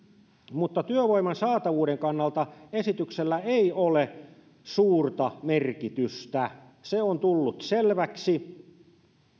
mutta työvoiman saatavuuden kannalta esityksellä ei ole suurta merkitystä se on tullut selväksi